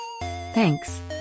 Thanks